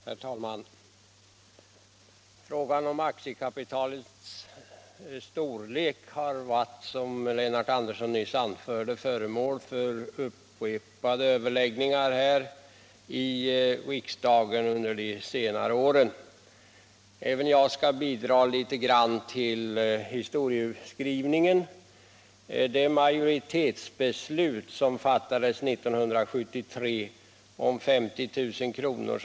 Herr talman! Frågan om aktiekapitalets storlek har, som Lennart Andersson nyss anförde, varit föremål för upprepade överläggningar här i riksdagen under de senare åren, och även jag skall bidra litet till historieskrivningen. Det majoritetsbeslut som fattades år 1973 om 50 000 kr.